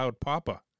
papa